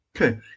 Okay